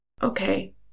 Okay